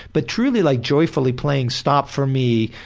but truly, like joyfully playing stopped for me,